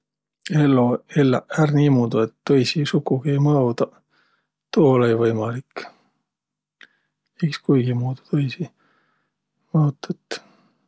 Ello elläq ärq niimuudu, et tõisi sukugi ei mõodaq? Tuu olõ-õi võimalik. Iks kuigimuudu tõisi mõotat.